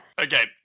Okay